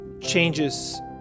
changes